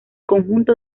conjunto